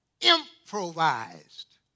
improvised